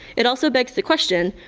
it also begs the question,